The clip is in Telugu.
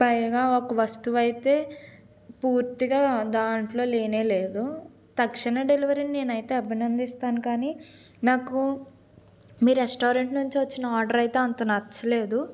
పైగ ఒక వస్తువు అయితే పూర్తిగా దాంట్లో లేనేలేదు తక్షణ డెలివరీ నేనైతే అభినందిస్తాను కానీ నాకు మీరు రెస్టారెంట్ నుంచి వచ్చిన ఆర్డర్ అయితే అంత నచ్చలేదు